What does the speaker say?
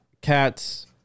cats